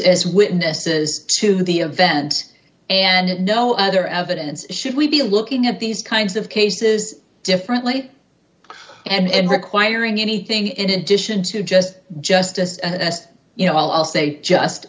as witnesses to the event and no other evidence should we be looking at these kinds of cases differently and requiring anything in addition to just justice and as you know i'll say just